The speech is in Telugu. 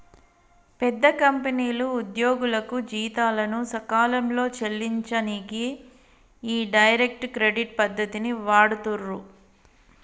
పెద్ద కంపెనీలు ఉద్యోగులకు జీతాలను సకాలంలో చెల్లించనీకి ఈ డైరెక్ట్ క్రెడిట్ పద్ధతిని వాడుతుర్రు